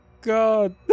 god